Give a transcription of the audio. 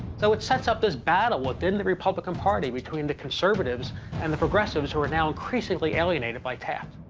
so it sets up this battle within the republican party between the conservatives and the progressives who are now increasingly alienated by taft.